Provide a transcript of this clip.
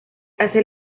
hace